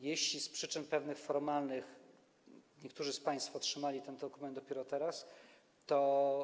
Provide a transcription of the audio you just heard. Jeśli z pewnych przyczyn formalnych niektórzy z państwa otrzymali ten dokument dopiero teraz, to.